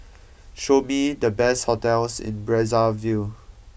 show me the best hotels in Brazzaville